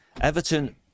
Everton